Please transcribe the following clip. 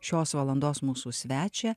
šios valandos mūsų svečią